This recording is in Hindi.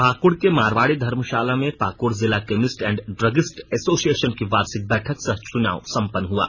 पाकुड़ के मारवाड़ी धर्मशाला में पाकुड़ जिला केमिस्ट एन्ड ड्रगिस्ट एसोसिएशन की वार्षिक बैठक सह चुनाव संपन्न हुआ